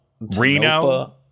reno